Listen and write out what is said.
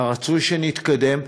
ורצוי שנתקדם,